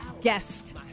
guest